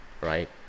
right